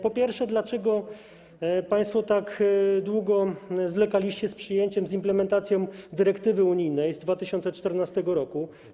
Po pierwsze, dlaczego państwo tak długo zwlekaliście z przyjęciem, z implementacją dyrektywy unijnej z 2014 r.